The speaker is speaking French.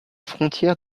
frontière